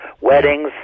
weddings